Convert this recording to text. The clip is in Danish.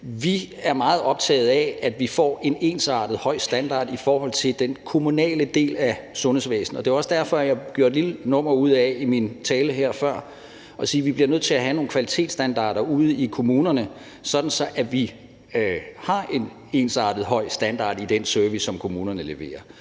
Vi er meget optaget af, at vi får en ensartet høj standard i forhold til den kommunale del af sundhedsvæsenet. Det var også derfor, at jeg i min tale her før gjorde et lille nummer ud af at sige, at vi bliver nødt til at have nogle kvalitetsstandarder ude i kommunerne, sådan at vi har en ensartet høj standard i den service, som kommunerne leverer.